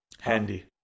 Handy